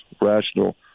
rational